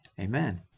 Amen